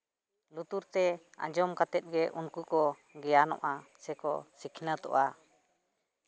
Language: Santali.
ᱞᱩᱛᱩᱨ ᱛᱮ ᱟᱸᱡᱚᱢ ᱠᱟᱛᱮ ᱜᱮ ᱩᱱᱠᱩ ᱠᱚ ᱜᱮᱭᱟᱱᱚᱜᱼᱟ ᱥᱮᱠᱚ ᱥᱤᱠᱷᱱᱟᱹᱛᱚᱜᱼᱟ